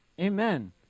Amen